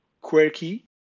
quirky